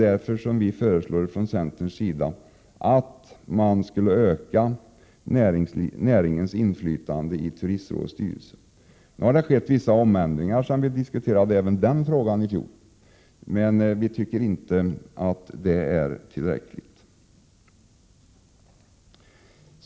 Därför föreslår vi från centern att man skall öka näringens inflytande i Turistrådets styrelse. Nu har det skett vissa omändringar även i denna fråga sedan vi diskuterade i fjol, men vi tycker inte att det är tillräckligt.